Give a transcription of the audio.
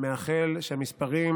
מאחל שהמספרים